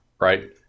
right